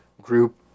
group